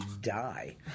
die